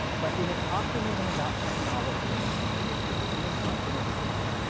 but in its optimism about technology and the future, it has missed something important.